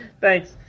Thanks